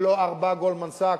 ולא ארבע "גולדמן סאקס".